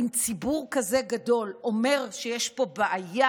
אם ציבור כזה גדול אומר שיש פה בעיה,